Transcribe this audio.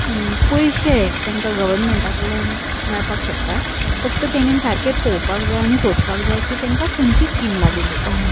पयशे तेंकां गवर्मेंटा कडल्यान मेळपाक शकता फक्त तेणेन सारकें पोवपाक जाय आनी सोदपाक जाय की तेंकां खंयची स्कीम लागू जाता ती